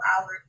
hours